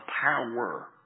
power